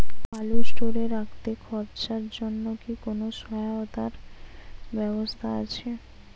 আলু স্টোরে রাখতে খরচার জন্যকি কোন সহায়তার ব্যবস্থা আছে?